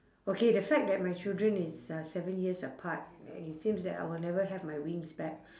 okay the fact that my children is uh seven years apart it seems that I will never have my wings back